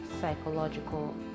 psychological